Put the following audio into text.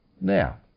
Now